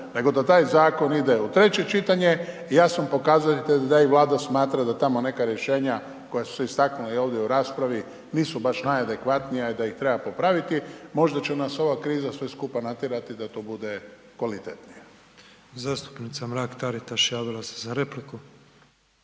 nego da taj zakon ide u treće čitanje, jasno pokazuje da i Vlada smatra da tamo neka rješenja koja su se istaknula i ovdje u raspravi nisu baš najadekvatnija i da ih treba popraviti, možda će nas ova kriza sve skupa natjerati da to bude kvalitetnije. **Petrov, Božo (MOST)** Zastupnica Mrak-Taritaš javila se za repliku.